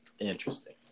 Interesting